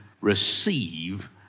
Receive